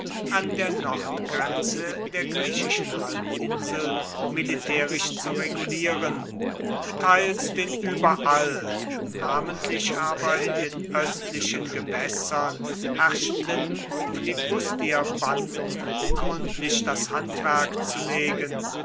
an der nordgrenze der griechischen halbinsel militärisch zu regulieren teils den überall namentlich aber in den östlichen gewässern herrschenden flibustierbanden gründlich das handwerk zu legen